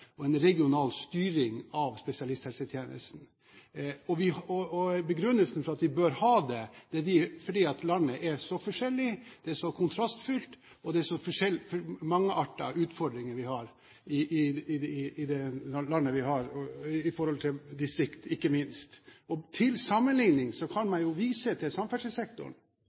har en regional organisering, en regional planleggingskompetanse og en regional styring av spesialisthelsetjenesten. Begrunnelsen for at vi bør ha det er at landet er så forskjellig, det er så kontrastfylt og det er så mangeartede utfordringer vi har, i forhold til distrikt ikke minst. Til sammenligning kan man jo vise til samferdselssektoren